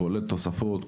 כולל תוספות,